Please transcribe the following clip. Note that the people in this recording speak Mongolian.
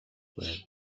байв